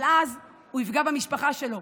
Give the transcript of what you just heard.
אבל אז הוא יפגע במשפחה שלו,